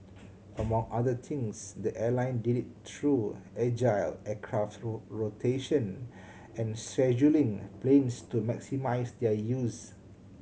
among other things the airline did it through agile aircraft rotation and scheduling planes to maximise their use